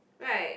right